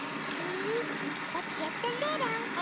squeeze but just a little.